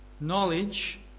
Knowledge